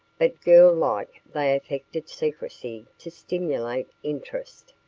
but girl-like they affected secrecy to stimulate interest.